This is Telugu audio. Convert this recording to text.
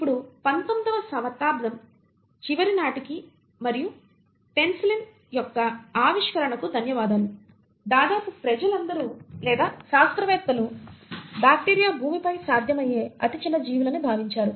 ఇప్పుడు 19 వ శతాబ్దం చివరి నాటికి మరియు పెన్సిలిన్ యొక్క ఆవిష్కరణకు ధన్యవాదాలు దాదాపు ప్రజలందరూ లేదా శాస్త్రవేత్తలు బ్యాక్టీరియా భూమిపై సాధ్యమయ్యే అతి చిన్న జీవులు అని భావించారు